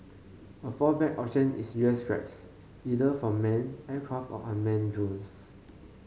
a fallback option is U S strikes either from manned aircraft or unmanned drones